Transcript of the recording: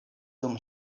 dum